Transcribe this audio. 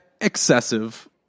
excessive